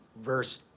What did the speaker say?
verse